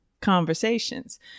conversations